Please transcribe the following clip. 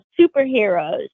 superheroes